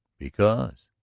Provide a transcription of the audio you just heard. because,